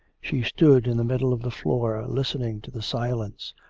she stood in the middle of the floor listening to the silence,